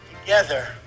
Together